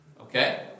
Okay